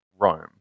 Rome